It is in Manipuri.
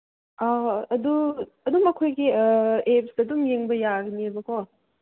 ꯑꯧ ꯑꯗꯨ ꯑꯗꯨꯝ ꯑꯩꯈꯣꯏꯒꯤ ꯑꯦꯞꯁꯇ ꯑꯗꯨꯝ ꯌꯦꯡꯕ ꯌꯥꯒꯅꯤꯕꯀꯣ